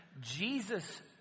Jesus